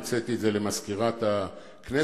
המצאתי את זה למזכירת הכנסת,